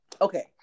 Okay